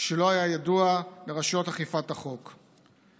שלא היה ידוע לרשויות אכיפת החוק.